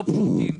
לא פשוטים.